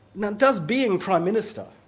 now does being prime minister,